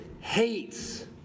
Hates